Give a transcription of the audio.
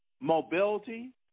mobility